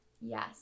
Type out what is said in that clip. Yes